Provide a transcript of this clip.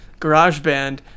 GarageBand